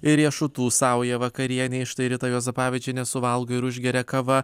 ir riešutų saują vakarienei štai rita juozapavičienė suvalgo ir užgeria kava